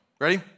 ready